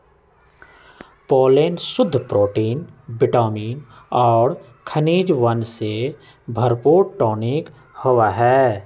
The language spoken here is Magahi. पोलेन शुद्ध प्रोटीन विटामिन और खनिजवन से भरपूर टॉनिक होबा हई